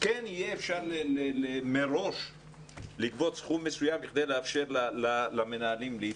יהיה מראש לגבות סכום מסוים בכדי לאפשר למנהלים להתארגן.